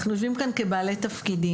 אנחנו יושבים כאן כבעלי תפקידים,